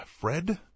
Fred